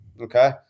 Okay